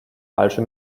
falsche